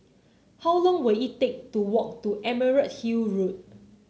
how long will it take to walk to Emerald Hill Road